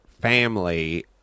family